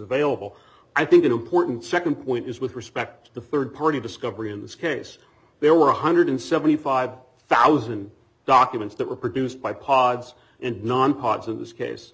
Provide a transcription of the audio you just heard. available i think an important second point is with respect to third party discovery in this case there were one hundred seventy five thousand documents that were produced by pods and non pods of this case